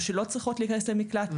או שהן לא צריכות להיכנס למקלט.